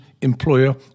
employer